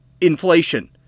inflation